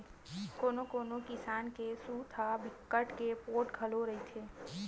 कोनो कोनो किसम के सूत ह बिकट के पोठ घलो रहिथे